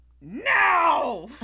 Now